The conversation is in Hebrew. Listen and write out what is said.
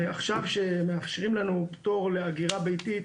ועכשיו שמאשרים לנו פטור לאגירה ביתית